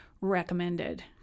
recommended